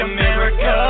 America